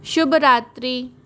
शुब रात्रि